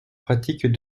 pratiques